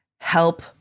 help